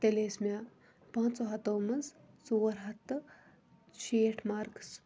تیٚلہِ ٲسۍ مےٚ پانٛژَو ہَتَو مَنٛزٕ ژور ہَتھ تہٕ شیٹھ مارکس